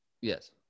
Yes